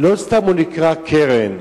לא סתם הוא נקרא "קרן".